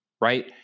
right